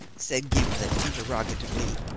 said gimblet interrogatively.